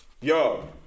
Yo